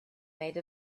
made